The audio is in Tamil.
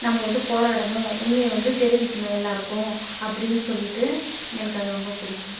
நம்ம வந்து போராடணும் உண்மையை வந்து தெரிவிக்கணும் எல்லோருக்கும் அப்படினு சொல்லிட்டு எனக்கு அது ரொம்ப பிடிக்கும்